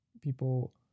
people